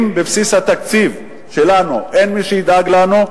אם בבסיס התקציב שלנו אין מי שידאג לנו,